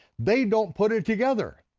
they don't put it together.